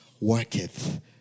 worketh